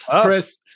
Chris